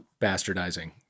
bastardizing